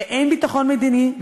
ואין ביטחון מדיני,